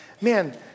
man